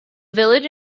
village